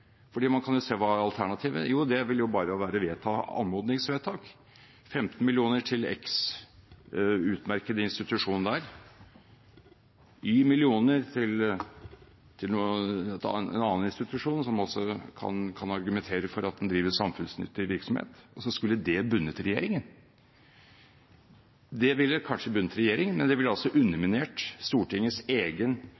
jo være bare å vedta anmodningsvedtak – 15 millioner til den utmerkede institusjonen x, og y millioner til en annen institusjon, som også kan argumentere for at den driver samfunnsnyttig virksomhet – og så skulle det bundet regjeringen. Det ville kanskje bundet regjeringen, men det ville underminert Stortingets egen